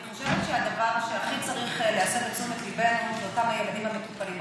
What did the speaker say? אני חושבת שהדבר שהכי צריך להסב את תשומת ליבנו זה אותם ילדים שמטופלים.